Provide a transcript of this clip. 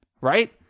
right